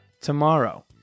tomorrow